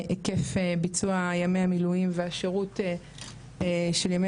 היקף ביצוע ימי המילואים והשירות של ימי